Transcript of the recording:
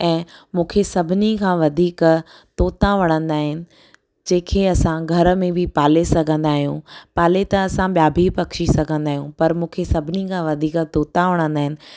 ऐं मूंखे सभिनी खां वधीक तोता वणंदा आहिनि जेके असां घर में बि पाले सघंदा आहियूं पाले त असां ॿिया बि पक्षी सघंदा आहियूं पर मूंखे सभिनी खां वधीक तोता वणंदा आहिनि